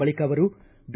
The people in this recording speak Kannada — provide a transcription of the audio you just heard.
ಬಳಿಕ ಅವರು ಬಿ